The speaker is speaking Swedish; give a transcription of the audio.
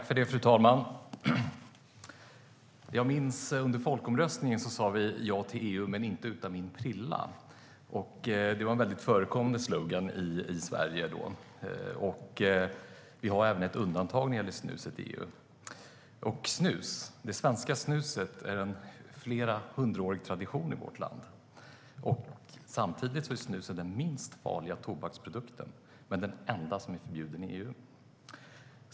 Fru talman! Jag minns att vi inför folkomröstningen om EU-medlemskap sa: Ja till EU, men inte utan min prilla. Det var en ofta förekommande slogan i Sverige då. Vi har även ett undantag när det gäller snuset i EU. Det svenska snuset är en flera hundra år gammal tradition i vårt land. Samtidigt är snuset den minst farliga tobaksprodukten men den enda som är förbjuden i EU.